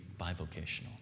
bivocational